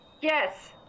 Yes